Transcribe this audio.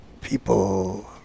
people